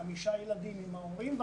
חמישה ילדים עם ההורים.